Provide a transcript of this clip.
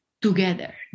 together